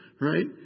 right